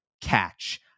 catch